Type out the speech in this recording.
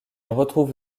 retrouve